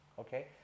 okay